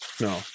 No